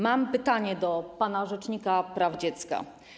Mam pytanie do pana rzecznika praw dziecka.